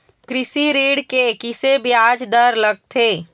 कृषि ऋण के किसे ब्याज दर लगथे?